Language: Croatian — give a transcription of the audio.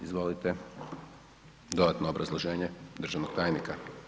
Izvolite, dodatno obrazloženje državnog tajnika.